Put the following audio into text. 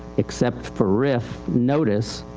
except for rif notice,